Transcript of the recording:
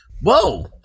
Whoa